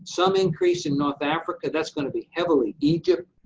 some increase in north africa. that's going to be heavily egypt.